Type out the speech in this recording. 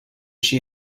she